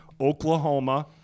Oklahoma